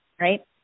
right